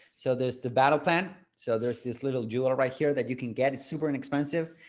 so there's the battle plan. so there's this little jewel right here that you can get, it's super inexpensive.